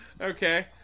Okay